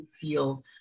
feel